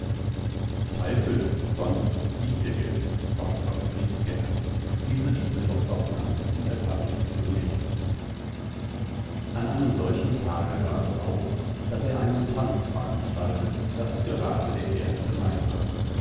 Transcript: gottfried keller an einem solchen tage war es auch daß er einen tanz veranstaltet da es gerade der erste mai war